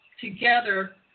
together